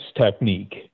technique